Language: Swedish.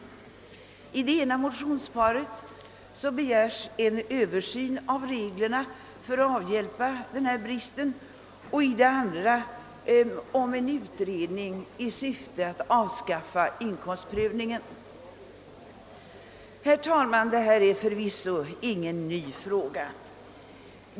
I det ena motionsparet begärs en översyn av reglerna för att avhjälpa denna brist och i det andra en utredning i syfte att avskaffa inkomstprövningen. Herr talman! Detta är förvisso ingen ny fråga.